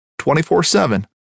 24-7